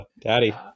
daddy